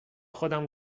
خودم